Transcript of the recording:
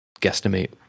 guesstimate